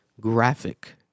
graphic